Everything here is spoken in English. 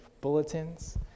bulletins